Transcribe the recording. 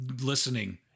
listening